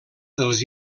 dels